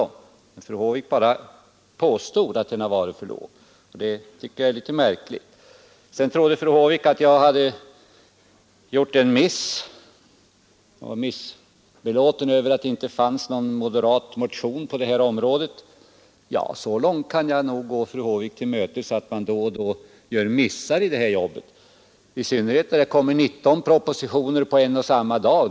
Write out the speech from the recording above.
Fru Håvik påstod bara att den har varit för låg. Det tycker jag är litet märkligt. Fru Håvik sade vidare att jag hade gjort en miss och att det inte hade väckts någon moderat motion i frågan. Ja, så långt kan jag gå fru Håvik till mötes som att man då och då gör missar i det här jobbet, i synnerhet när det framläggs 19 propositioner på en och samma dag.